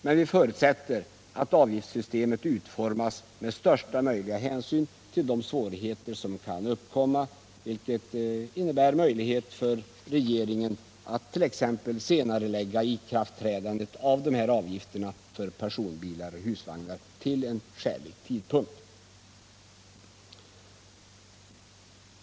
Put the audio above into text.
Men vi förutsätter att avgiftssystemet utformas med största möjliga hänsyn till de svårigheter som kan uppkomma, vilket innebär möjlighet för regeringen att t.ex. senarelägga ikraftträdandet av avgifterna för personbilar och husvagnar till en skälig tidpunkt.